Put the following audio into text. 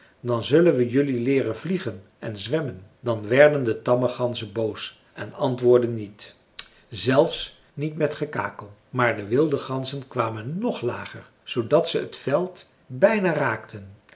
dan zullen we jelui leeren vliegen en zwemmen dan werden de tamme ganzen boos en antwoordden niet zelfs niet met gekakel maar de wilde ganzen kwamen nog lager zoodat ze het veld bijna raakten